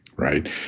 right